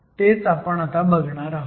तेच आपण आता बघणार आहोत